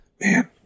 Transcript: Man